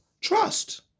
trust